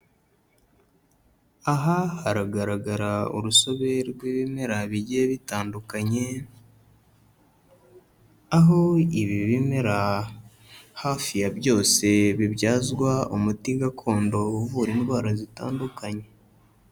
Aha haragaragara urusobe rw'ibimera bigiye bitandukanye, aho ibi bimera hafi ya byose bibyazwa umuti gakondo uvura indwara zitandukanye.